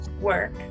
work